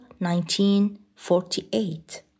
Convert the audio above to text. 1948